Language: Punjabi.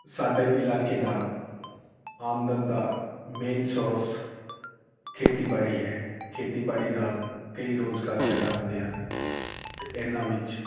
ਸਾਡੇ ਇਲਾਕੇ ਦਾ ਆਮਦਨ ਦਾ ਮੇਨ ਸੋਰਸ ਖੇਤੀਬਾੜੀ ਹੈ ਖੇਤੀਬਾੜੀ ਨਾਲ ਕਈ ਰੁਜ਼ਗਾਰ ਪੈਦਾ ਹੁੰਦੇ ਹਨ ਅਤੇ ਇਹਨਾਂ ਵਿੱਚ